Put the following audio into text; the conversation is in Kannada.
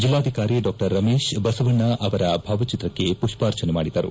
ಜಿಲ್ಲಾಧಿಕಾರಿ ಡಾ ರಮೇಶ್ ಬಸವಣ್ಣ ಅವರ ಭಾವಚಿತ್ರಕ್ಕೆ ಪುಷ್ಪಾರ್ಚನೆ ಮಾಡಿದರು